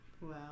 Wow